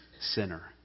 sinner